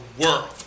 world